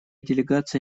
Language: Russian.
делегация